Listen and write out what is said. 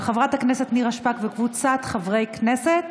של חברת הכנסת נירה שפק וקבוצת חברי הכנסת,